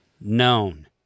known